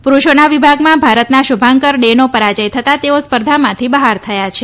પુરૂષોના વિભાગમાં ભારતના શુભાંકર ડેનો પરાજય થતા તેઓ સ્પર્ધામાંથી બહાર થયા હતા